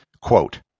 Quote